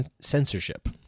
censorship